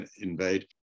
invade